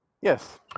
yes